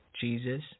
Jesus